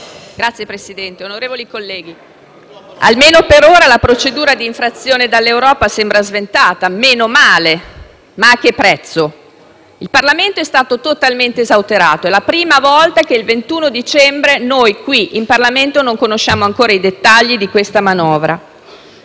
Signor Presidente, onorevoli colleghi, almeno per ora la procedura d'infrazione europea sembra sventata, meno male, ma a che prezzo? Il Parlamento è stato totalmente esautorato: è la prima volta che il 21 dicembre qui in Parlamento non si conoscono ancora i dettagli della manovra